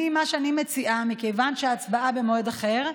מה שאני מציעה, מכיוון שההצבעה במועד אחר,